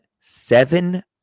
seven